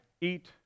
eat